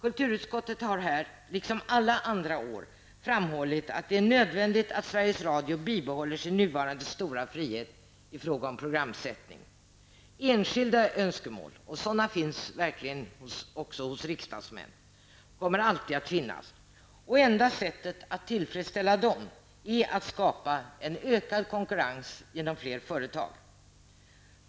Kulturutskottet har här liksom alla andra år framhållit att det är nödvändigt att Sveriges Radio bibehåller sin nuvarande stora frihet i fråga om programsättning. Enskilda önskemål -- sådana finns verkligen också hos riksdagsmän -- kommer alltid att finnas. Det enda sättet att tillfredsställa dem är att skapa en ökad konkurrens genom fler företag.